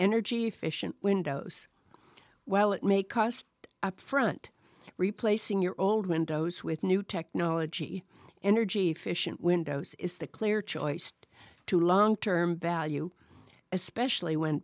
energy efficient windows well it may cost up front replacing your old windows with new technology energy efficient windows is the clear choice to long term value especially when